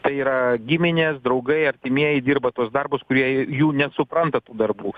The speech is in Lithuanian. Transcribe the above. tai yra giminės draugai artimieji dirba tuos darbus kurie jų nesupranta tų darbų